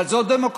אבל זו הדמוקרטיה: